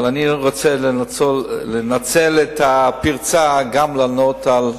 אבל אני רוצה לנצל את הפרצה הזאת,